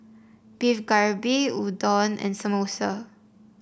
Beef Galbi Udon and Samosa